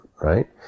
right